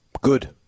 Good